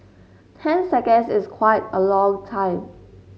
ten seconds is quite a long time